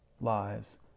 lies